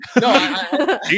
No